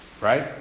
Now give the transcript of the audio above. Right